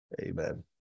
Amen